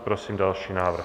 Prosím další návrh.